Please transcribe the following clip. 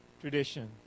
tradition